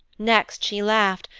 next she laughed,